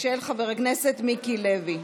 חבר הכנסת מיקי לוי.